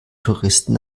touristen